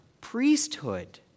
priesthood